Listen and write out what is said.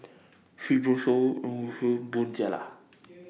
Fibrosol Bonjela